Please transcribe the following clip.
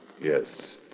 Yes